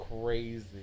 Crazy